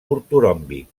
ortoròmbic